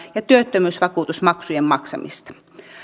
ja työttömyysvakuutusmaksujen maksamista